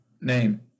name